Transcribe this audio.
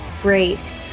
Great